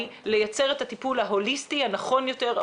לייצר את הטיפול ההוליסטי הנכון יותר,